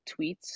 tweets